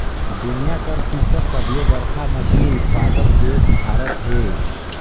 दुनिया कर तीसर सबले बड़खा मछली उत्पादक देश भारत हे